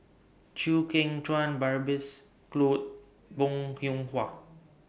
Chew Kheng Chuan Babes Conde Bong Hiong Hwa